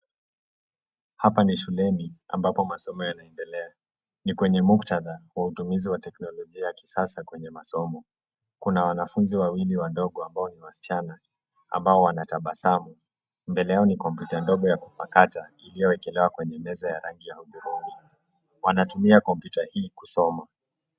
Hapa ni shuleni ambapo masomo yanaendelea. Ni kwenye mukhtada wa utumizi ya teknolojia ya kisasa kwenye masomo. Kuna wanafunzi wawili wadogo ambao ni wasichana, ambao wanatabasamu. Mbele yao ni kompyuta ndogo ya kupakata iliyowekelewa kwenye meza ya rangi ya hudhurungi. Wanatumia kompyuta hii kusoma.